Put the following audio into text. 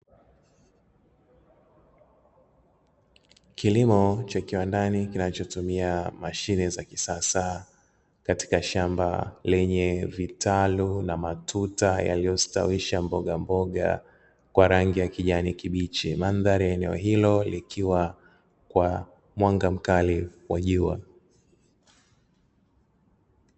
Kilimo cha kiwandani, kinachotumia mashine za kisasa katika shamba lenye vitalu na matuta yaliyostawisha mbogamboga kwa rangi ya kijani kibichi, mandhari ya eneo hilo likiwa kwa mwanga mkali wa jua.